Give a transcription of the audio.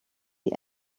die